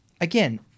again